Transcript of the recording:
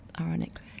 ironically